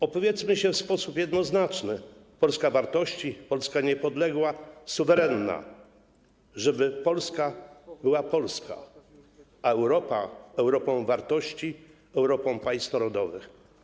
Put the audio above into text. Opowiedzmy się w sposób jednoznaczny: Polska wartości, Polska niepodległa, Polska suwerenna, żeby Polska była polska, a Europa - Europą wartości, Europą państw narodowych.